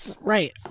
Right